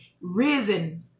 risen